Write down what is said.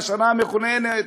בשנה המכוננת,